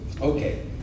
Okay